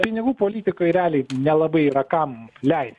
pinigų politikoj realiai nelabai yra kam leist